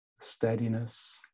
Steadiness